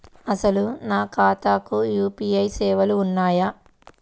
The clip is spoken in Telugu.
అసలు నా ఖాతాకు యూ.పీ.ఐ సేవలు ఉన్నాయా?